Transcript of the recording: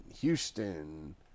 Houston